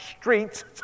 streets